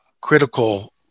critical